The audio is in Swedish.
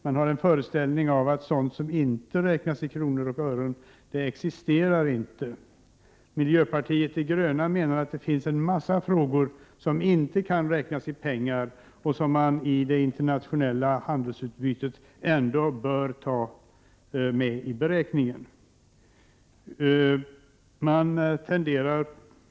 Den har en föreställning om att sådant som inte kan räknas i kronor eller ören inte existerar. Miljöpartiet de gröna menar att det finns en mängd frågor som inte kan räknas i pengar och som man i det internationella handelsutbytet ändå bör ta med i beräkningen.